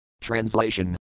Translation